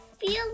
feel